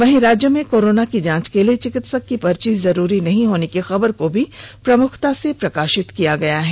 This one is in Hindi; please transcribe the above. वहीं राज्य में कोरोना की जांच के लिए चिकित्सक की पर्ची जरूरी नहीं होने की की खबर को भी प्रमुखता से प्रकाषित किया है